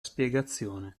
spiegazione